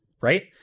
right